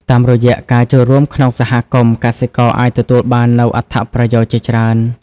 តាមរយៈការចូលរួមក្នុងសហគមន៍ កសិករអាចទទួលបាននូវអត្ថប្រយោជន៍ជាច្រើន។